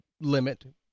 limit